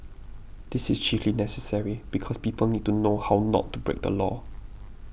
this is chiefly necessary because people need to know how not to break the law